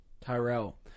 Tyrell